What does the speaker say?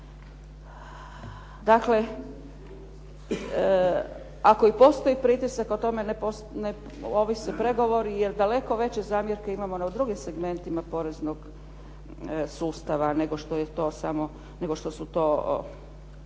Dakle, ako i postoji pritisak o tome ne ovise pregovori, jer daleko veće zamjerke imamo na drugim segmentima poreznog sustava nego što su to